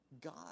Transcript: God